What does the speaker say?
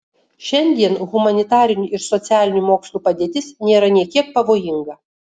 šiandien humanitarinių ir socialinių mokslų padėtis nėra nė kiek pavojinga